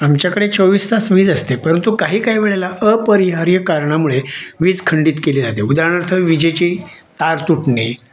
आमच्याकडे चोवीस तास वीज असते परंतु काही काही वेळेला अपरिहार्य कारणामुळे वीज खंडित केली जाते उदाहरणार्थ विजेची तार तुटणे